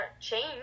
change